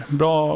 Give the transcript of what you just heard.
bra